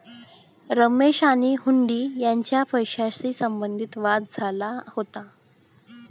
रमेश आणि हुंडी यांच्यात पैशाशी संबंधित वाद झाला होता